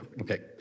Okay